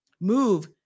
move